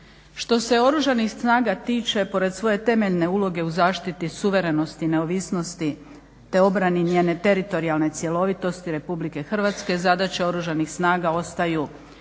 Što se Oružanih snaga tiče pored svoje temeljne uloge u zaštiti suverenosti i neovisnosti te obrani njene teritorijalne cjelovitosti Republike Hrvatske zadaća Oružanih snaga ostaju